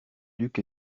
duc